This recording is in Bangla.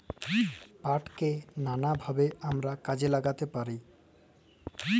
পাটকে ম্যালা ভাবে আমরা কাজে ল্যাগ্যাইতে পারি